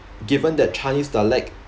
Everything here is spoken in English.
given that chinese dialect